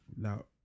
now